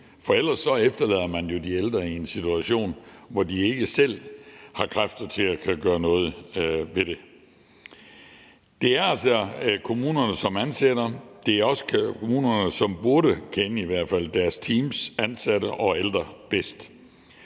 for ellers efterlader man jo de ældre i en situation, hvor de ikke selv har kræfter til at kunne gøre noget ved det. Det er altså kommunerne, som ansætter, og det er også kommunerne, som i hvert fald burde kende deres teams, ansatte og ældre bedst.